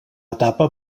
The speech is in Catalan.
etapa